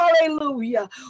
Hallelujah